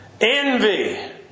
Envy